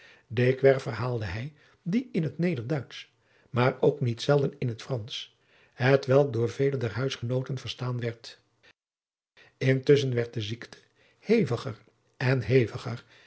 dikwerf verhaalde hij die in het nederduitsch maar ook niet zelden in het fransch hetwelk door vele der huisgenooten verstaan werd intusschen werd de ziekte heviger en heviger